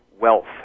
wealth